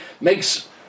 makes